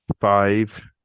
five